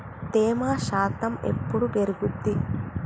తేమ శాతం ఎప్పుడు పెరుగుద్ది?